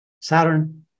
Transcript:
Saturn